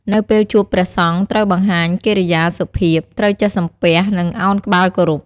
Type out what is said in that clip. នៅពេលជួបព្រះសង្ឃត្រូវបង្ហាញកិរិយាសុភាព ត្រូវចេះសំពះ និងឱនក្បាលគោរព។